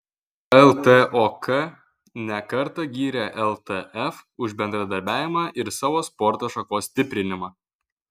ltok ne kartą gyrė ltf už bendradarbiavimą ir savo sporto šakos stiprinimą